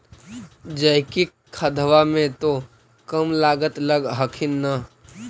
जैकिक खदबा मे तो कम लागत लग हखिन न?